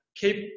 keep